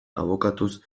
abokatuz